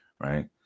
right